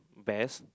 best